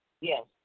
Yes